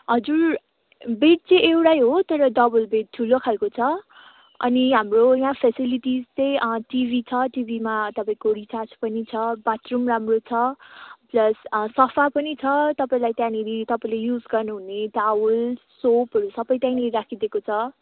हजुर बेड चाहिँ एउटै हो तर डबल बेड ठुलो खालको छ अनि हाम्रो यहाँ फेसिलिटिज चाहिँ टिभी छ टिभीमा तपाईँको रिचार्ज पनि छ बाथरुम राम्रो छ प्लस सफा पनि छ तपाईँलाई त्यहाँनिर तपाईँले युज गर्नुहुने टावल सोपहरू सबै त्यहीँनिर राखिदिएको छ